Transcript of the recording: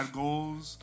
goals